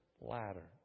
ladder